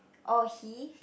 oh he